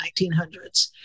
1900s